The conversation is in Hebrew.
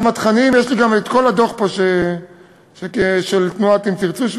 יש לי פה כל הדוח של תנועת "אם תרצו",